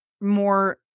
more